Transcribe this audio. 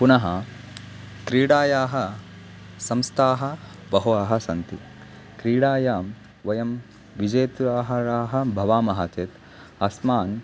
पुनः क्रीडायाः संस्थाः बह्व्यः सन्ति क्रीडायां वयं विजेतारः भवामः चेत् अस्मान्